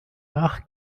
nach